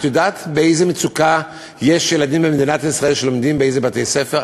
את יודעת באיזו מצוקה ילדים במדינת ישראל לומדים ובאיזה בתי-ספר?